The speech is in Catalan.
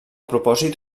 propòsit